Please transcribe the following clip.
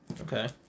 Okay